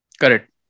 Correct